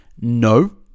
No